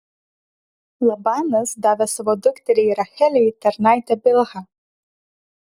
labanas davė savo dukteriai rachelei tarnaitę bilhą